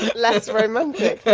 less romantic, yeah